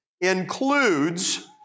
includes